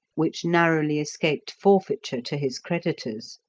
which narrowly escaped forfeiture to his creditors.